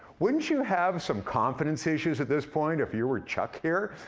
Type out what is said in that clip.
wouldn't you have some confidence issues at this point, if you were chuck, here?